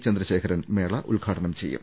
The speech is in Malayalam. ചന്ദ്രശേഖരൻ മേള ഉദ്ഘാടനം ചെയ്യും